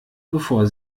bevor